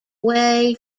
way